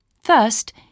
First